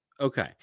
okay